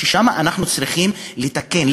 ששם אנחנו צריכים לתקן,